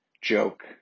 joke